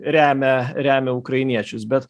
remia remia ukrainiečius bet